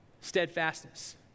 steadfastness